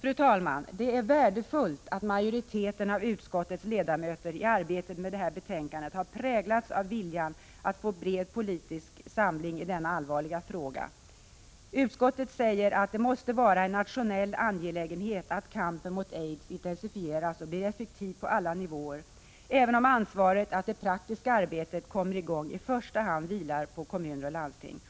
Fru talman! Det är värdefullt att majoriteten av utskottets ledamöter i arbetet med detta betänkande har präglats av viljan att få en bred politisk samling i denna allvarliga fråga. Utskottet säger att det måste vara en nationell angelägenhet att kampen mot aids intensifieras och blir effektiv på alla nivåer, även om ansvaret för att det praktiska arbetet kommer i gång i första hand vilar på kommuner och landsting.